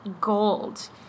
gold